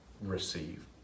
receive